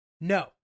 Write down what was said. No